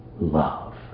love